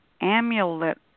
amulet